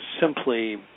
simply